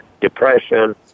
depression